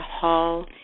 Hall